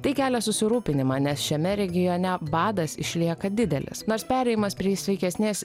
tai kelia susirūpinimą nes šiame regione badas išlieka didelis nors perėjimas prie sveikesnės